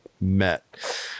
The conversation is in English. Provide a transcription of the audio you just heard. met